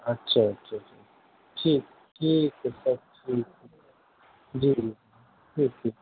اچھا اچھا اچھا ٹھیک ٹھیک ہے سر ٹھیک ہے جی جی ٹھیک ٹھیک